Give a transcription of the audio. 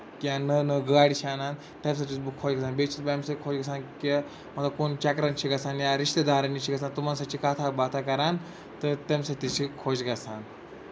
یا نٔو نٔو گاڑِ چھِ اَنان تَمہِ سۭتۍ چھُس بہٕ خۄش گژھان بیٚیہِ چھُس بہٕ اَمہِ سۭتۍ خۄش گژھان کہِ مطلب کُن چَکرَس چھِ گژھان یا رِشتہٕ دارن نِش چھِ گژھان تِمن سۭتۍ چھِ کَتھا باتھا کران تہٕ تَمہِ سۭتۍ تہِ چھِ خۄش گژھان